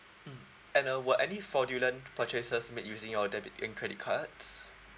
mm and uh were any fraudulent purchases made using your debit and credit cards